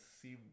see